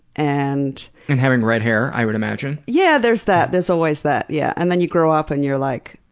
and and having red hair, i would imagine yeah, there's that. there's always that. yeah and then you grow up and you're like,